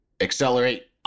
accelerate